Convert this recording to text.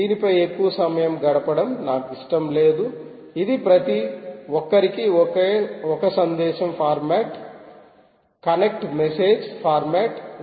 దీన్ని పై ఎక్కువ సమయం గడపడం నాకు ఇష్టం లేదు ఇది ప్రతి ఒక్కరికి ఒక సందేశం ఫార్మాట్ కనెక్ట్ మెసేజ్ ఫార్మాట్ ఉంది